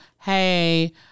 hey